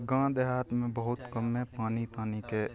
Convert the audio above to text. गाँव देहातमे बहुत गन्दा पानि तानिके